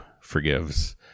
forgives